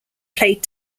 played